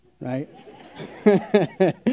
right